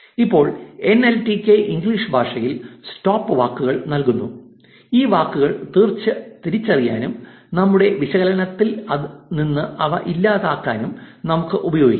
ഇപ്പോൾ NLTK English ഭാഷയിൽ stop വാക്കുകൾ നൽകുന്നു ഈ വാക്കുകൾ തിരിച്ചറിയാനും നമ്മുടെ വിശകലനത്തിൽ നിന്ന് അവ ഇല്ലാതാക്കാനും നമുക്ക് ഉപയോഗിക്കാം